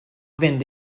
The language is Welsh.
fynd